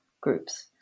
groups